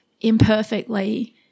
imperfectly